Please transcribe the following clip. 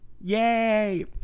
yay